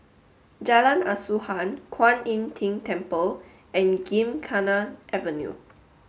Jalan Asuhan Kwan Im Tng Temple and Gymkhana Avenue